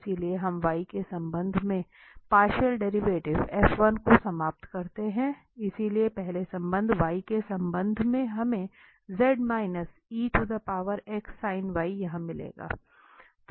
इसलिए हम y के संबंध में पार्शियल डेरीवेटिव को समाप्त करते हैं इसलिए पहले शब्द y के संबंध में हमें यहां मिलेगा